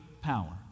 power